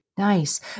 Nice